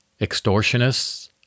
extortionists